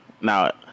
Now